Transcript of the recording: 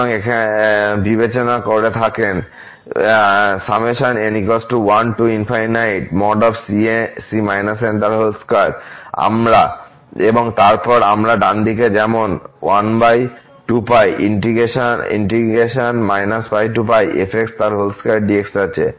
সুতরাং বিবেচনা করে থাকেন আমরাএবং তারপর আমরা ডান দিকে যেমন আছে